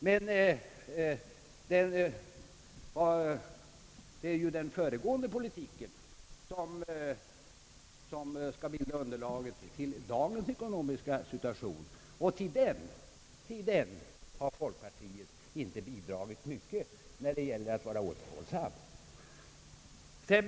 Men det är ju den föregående politiken som skall bilda underlaget till dagens ekonomiska situation, och till den har folkpartiet inte bidragit mycket när det gäller att visa återhållsamhet.